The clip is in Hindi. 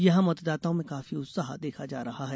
यहां मतदाताओं में काफी उत्साह देखा जा रहा है